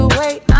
wait